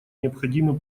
необходимой